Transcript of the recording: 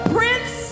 Prince